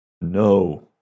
No